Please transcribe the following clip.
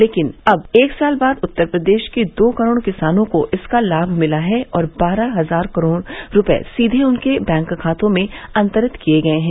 लेकिन अब एक साल बाद उत्तर प्रदेश के दो करोड़ किसानों को इसका लाभ मिला है और बारह हजार करोड़ रुपये सीधे उनके बैंक खातों में अंतरित किए गए हैं